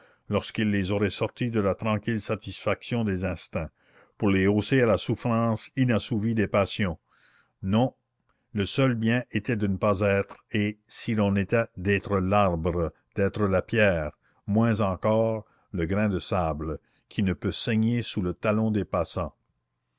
lorsqu'ils les auraient sortis de la tranquille satisfaction des instincts pour les hausser à la souffrance inassouvie des passions non le seul bien était de ne pas être et si l'on était d'être l'arbre d'être la pierre moins encore le grain de sable qui ne peut saigner sous le talon des passants